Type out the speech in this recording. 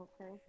Okay